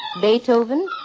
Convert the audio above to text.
Beethoven